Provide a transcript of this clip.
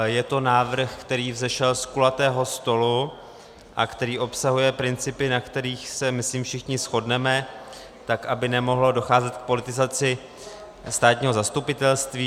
Je to návrh, který vzešel z kulatého stolu a který obsahuje principy, na kterých se, myslím, všichni shodneme, aby nemohlo docházet k politizaci státního zastupitelství.